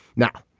now,